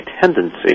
tendency